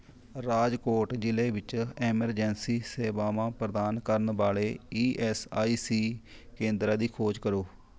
ਰਾਜਕੋਟ ਜ਼ਿਲ੍ਹੇ ਵਿੱਚ ਐਮਰਜੈਂਸੀ ਸੇਵਾਵਾਂ ਪ੍ਰਦਾਨ ਕਰਨ ਵਾਲੇ ਈ ਐੱਸ ਆਈ ਸੀ ਕੇਂਦਰਾਂ ਦੀ ਖੋਜ ਕਰੋ